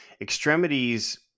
extremities